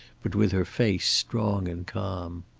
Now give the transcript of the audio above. but with her face strong and calm.